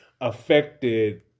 affected